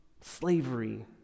slavery